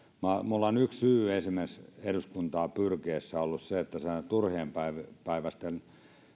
minulla on yksi syy esimerkiksi eduskuntaan pyrkiessä ollut se että sellaiset turhanpäiväiset